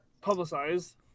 publicized